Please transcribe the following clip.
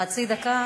חצי דקה?